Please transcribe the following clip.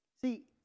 See